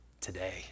today